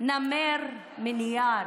נמר מנייר,